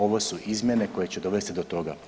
Ovo su izmjene koje će dovesti do toga.